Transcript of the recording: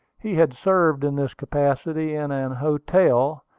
he had served in this capacity in an hotel,